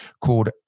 called